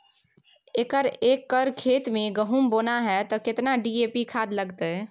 एक एकर खेत मे गहुम बोना है त केतना डी.ए.पी खाद लगतै?